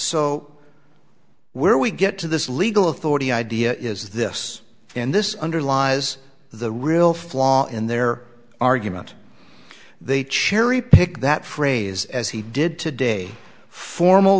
so where we get to this legal authority idea is this in this underlies the real flaw in their argument they cherry pick that phrase as he did today formal